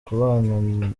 kubana